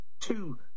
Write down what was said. two